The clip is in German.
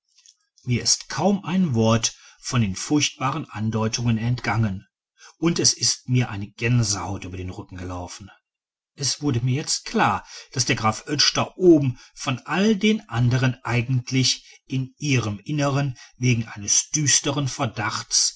mir ist kaum ein wort von den furchtbaren andeutungen entgangen und es ist mir eine gänsehaut über den rücken gelaufen es wurde mir jetzt klar daß der graf oetsch da oben von all den andern eigentlich in ihrem innern wegen eines düsteren verdachtes